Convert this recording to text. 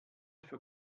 für